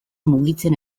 mugitzen